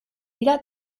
dira